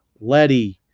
Letty